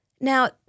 Now